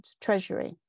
treasury